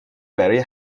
برای